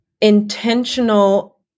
intentional